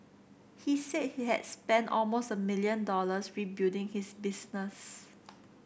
he said he had spent almost a million dollars rebuilding his business